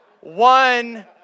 One